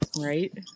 Right